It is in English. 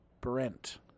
Brent